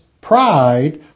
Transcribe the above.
pride